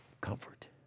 comfort